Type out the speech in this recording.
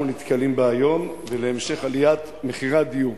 נתקלים בה היום ולהמשך עליית מחירי הדיור.